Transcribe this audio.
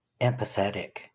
empathetic